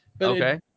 Okay